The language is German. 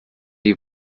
die